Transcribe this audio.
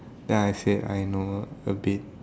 then I say I know a bit